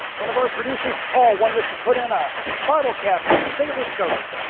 one of our producers, paul wanted us to put in a bottle cap of his favorite soda.